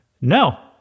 No